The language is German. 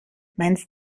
meinst